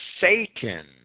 Satan